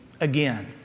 again